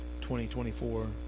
2024